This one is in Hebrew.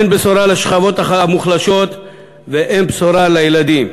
אין בשורה לשכבות המוחלשות ואין בשורה לילדים.